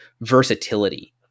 versatility